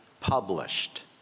published